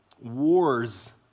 Wars